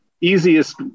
easiest